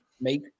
make